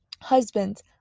Husbands